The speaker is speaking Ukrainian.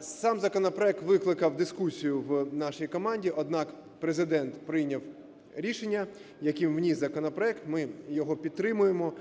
Сам законопроект викликав дискусію в нашій команді, однак Президент прийняв рішення, яким вніс законопроект. Ми його підтримуємо.